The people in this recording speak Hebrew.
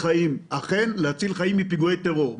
חיים מלבד להציל חיים מפני פיגועי טרור.